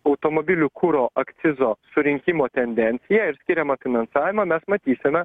automobilių kuro akcizo surinkimo tendenciją ir skiriamą finansavimą mes matysime